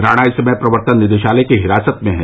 राणा इस समय प्रवर्तन निदेशालय की हिरासत में है